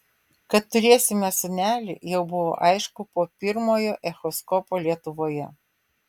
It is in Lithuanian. kad turėsime sūnelį jau buvo aišku po pirmojo echoskopo lietuvoje